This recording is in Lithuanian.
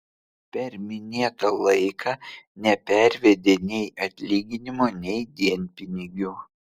per minėtą laiką nepervedė nei atlyginimo nei dienpinigių